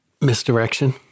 Misdirection